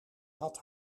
had